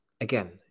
again